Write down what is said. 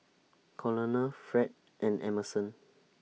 Colonel Fred and Emerson